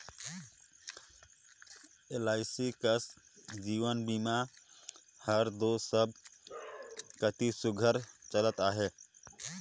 LIC कस जीवन बीमा हर दो सब कती सुग्घर चलत अहे